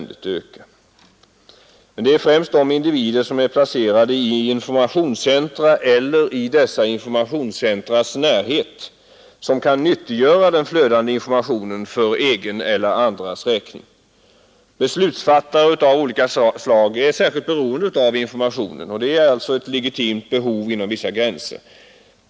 Det är främst de individer vilka är placerade i informationscentra eller i dessas närhet som kan nyttiggöra den flödande informationen för egen eller andras räkning. Beslutsfattare av olika slag är särskilt beroende av informationen, och det är alltså fråga om ett legitimt behov inom vissa gränser.